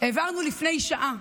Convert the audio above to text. העברנו לפני שעה,